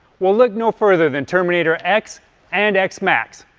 well, look no further than terminator x and x max.